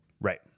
Right